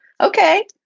Okay